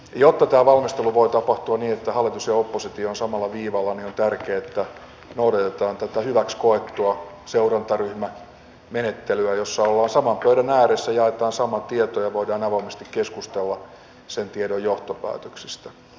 jotta tämä valmistelu voi tapahtua niin että hallitus ja oppositio ovat samalla viivalla on tärkeää että noudatetaan tätä hyväksi koettua seurantaryhmämenettelyä jossa ollaan saman pöydän ääressä jaetaan sama tieto ja voidaan avoimesti keskustella sen tiedon johtopäätöksistä